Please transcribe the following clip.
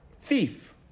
Thief